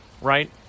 right